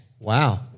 wow